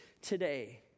today